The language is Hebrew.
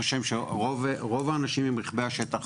שרוב האנשים עם רכבי השטח,